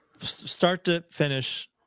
start-to-finish